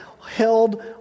held